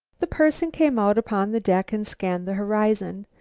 the person came out upon the deck and scanned the horizon.